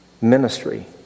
ministry